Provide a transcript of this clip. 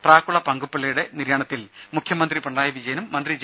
പ്രാക്കുളം പങ്കുപ്പിള്ളയുടെ നിര്യാണത്തിൽ മുഖ്യമന്ത്രി പിണറായി വിജയനും മന്ത്രി ജെ